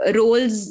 roles